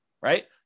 right